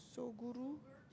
Soguru